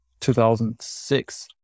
2006